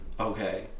okay